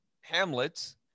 Hamlet